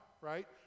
right